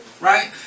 Right